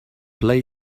play